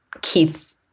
Keith